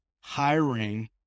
hiring